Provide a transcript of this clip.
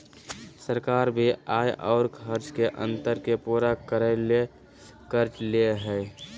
सरकार भी आय और खर्च के अंतर के पूरा करय ले कर्ज ले हइ